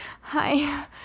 hi